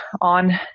on